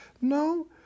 No